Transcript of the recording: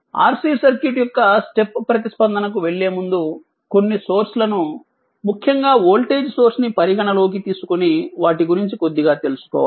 RC circuit యొక్క step ప్రతిస్పందనకు వెళ్ళే ముందు కొన్ని సోర్స్ లను ముఖ్యంగా వోల్టేజ్ సోర్స్ ని పరిగణనలోకి తీసుకొని వాటి గురించి కొద్దిగా తెలుసుకోవాలి